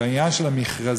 הוא העניין של המכרזים,